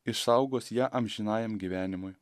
išsaugos ją amžinajam gyvenimui